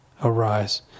arise